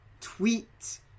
tweet